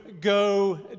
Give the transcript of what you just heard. go